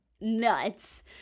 nuts